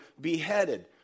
beheaded